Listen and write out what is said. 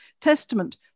testament